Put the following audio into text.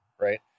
right